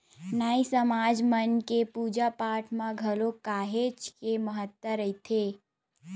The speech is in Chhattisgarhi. नाई समाज मन के पूजा पाठ म घलो काहेच के महत्ता रहिथे